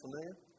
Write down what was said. familiar